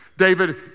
David